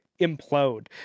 implode